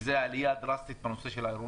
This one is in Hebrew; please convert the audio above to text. וזה עלייה דרסטית בנושא של העירוני,